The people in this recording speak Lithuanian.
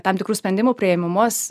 tam tikrų sprendimų priėmimus